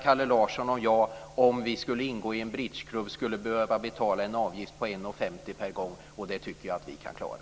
Kalle Larsson och jag skulle däremot, om vi ingick i en bridgeklubb, behöva betala en avgift på 1:50 kr per gång, och det tycker jag att vi kan klara.